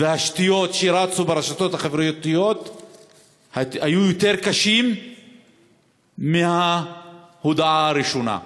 והשטויות שרצו ברשתות החברתיות היו יותר קשים מההודעה הראשונה.